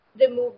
remove